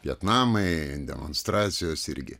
vietnamai demonstracijos irgi